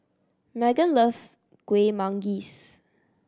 Meghan loves Kuih Manggis